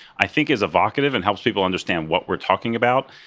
i think is evocative and helps people understand what we're talking about,